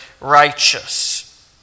righteous